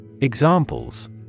Examples